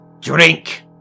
Drink